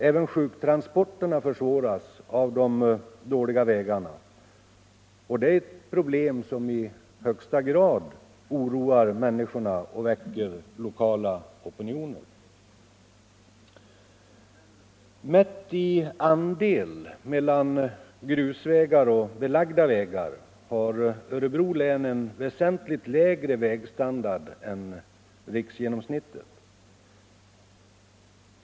Även sjuktransporterna försvåras av de dåliga vägarna, och det är ett problem som i högsta grad oroar människorna och väcker lokala opinioner. Mätt i förhållandet mellan andelen grusvägar och andelen belagda vägar har Örebro län en väsentligt lägre vägstandard än riksgenomsnittet.